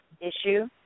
issue